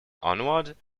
onwards